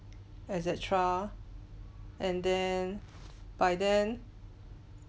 etcetera and then by then